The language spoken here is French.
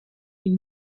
une